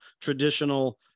traditional